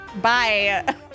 Bye